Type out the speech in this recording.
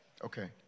Okay